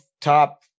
top